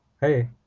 Hey